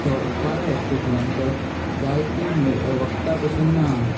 थो कांय हॉस्पिटलांतर जायती मे वखदां पासून मेळना